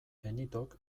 benitok